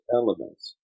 elements